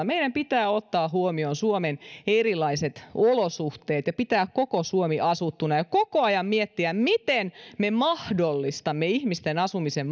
meidän pitää ottaa huomioon suomen erilaiset olosuhteet ja pitää koko suomi asuttuna ja koko ajan miettiä miten me mahdollistamme ihmisten asumisen